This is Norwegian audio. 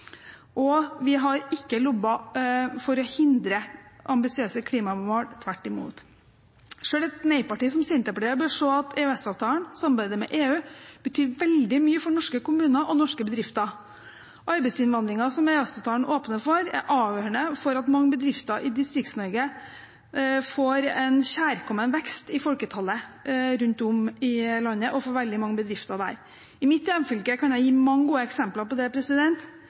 og vi har ikke lobbet for å hindre ambisiøse klimamål, tvert imot. Selv et neiparti som Senterpartiet bør se at EØS-avtalen og samarbeidet med EU betyr veldig mye for norske kommuner og norske bedrifter. Arbeidsinnvandringen som EØS-avtalen åpner for, er avgjørende for mange bedrifter i Distrikts-Norge og gir kjærkommen vekst i folketallet i mange kommuner rundt om i landet. I mitt hjemfylke kan jeg gi mange gode eksempler på det: